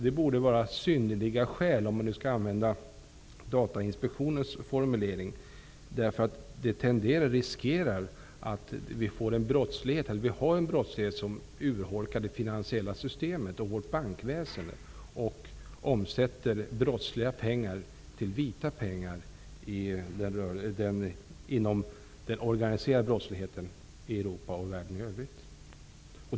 Det borde finnas synnerliga skäl för det, för att nu använda Datainspektionens formulering, därför att risken finns att den brottslighet som vi redan har urholkar det finansiella systemet och vårt bankväsende samt att så att säga brottsliga pengar omsätts till vita pengar inom den organiserade brottsligheten i Europa och världen i övrigt.